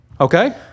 Okay